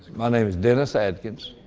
my name is dennis atkins.